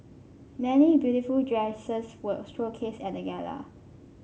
many beautiful dresses were showcased at the gala